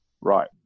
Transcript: right